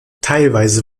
teilweise